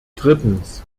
drittens